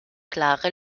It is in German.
klare